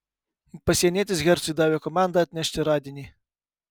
pasienietis hercui davė komandą atnešti radinį